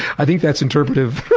i think that's interpretive.